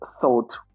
thought